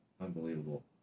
Unbelievable